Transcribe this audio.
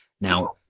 Now